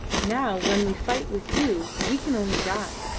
now when we fight with you we can only die!